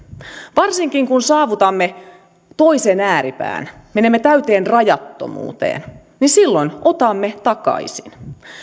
varsinkin kun saavutamme toisen ääripään menemme täyteen rajattomuuteen niin silloin otamme takaisin